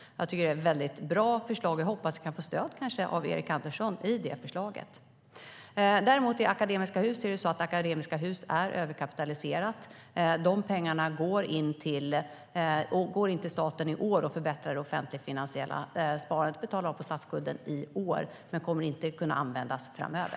Jag tycker att det är ett mycket bra förslag, och jag hoppas att vi kan få stöd av Erik Andersson för detta förslag. Däremot är Akademiska Hus överkapitaliserat. Dessa pengar går in till staten i år och förbättrar det offentliga finansiella sparandet och används för att betala av på statsskulden i år, men de kommer inte att kunna användas framöver.